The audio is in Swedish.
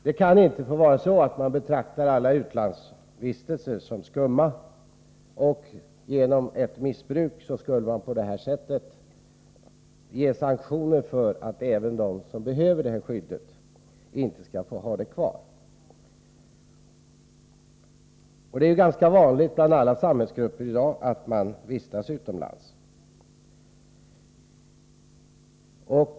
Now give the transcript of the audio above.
Man kan inte betrakta alla utlandsvistelser som skumma. På grund av ett missbruk som förekommer anser man sig behöva tillgripa sanktioner som leder till att även de som behöver skyddet inte får ha det kvar. Det är ganska vanligt bland alla samhällsgrupper i dag att vistas utomlands.